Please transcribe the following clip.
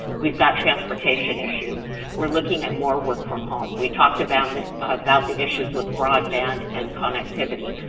we've got transportation issues. we're looking at more work-from-home. we talked about about the issues with broadband and connectivity.